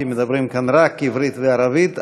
כי מדברים כאן רק עברית וערבית,